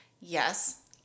Yes